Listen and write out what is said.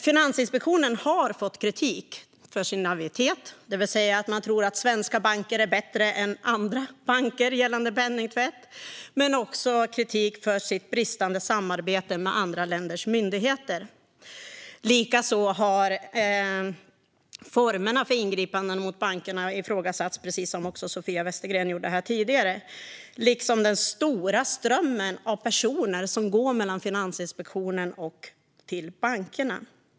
Finansinspektionen har fått kritik för sin naivitet, det vill säga att man tror att svenska banker är bättre än andra banker gällande penningtvätt, men man har också fått kritik för sitt bristande samarbete med andra länders myndigheter. Likaså har formerna för ingripanden mot bankerna ifrågasatts, precis som Sofia Westergren också gjorde här tidigare. Den stora strömmen av personer som går mellan Finansinspektionen och bankerna är också ett problem.